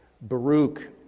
Baruch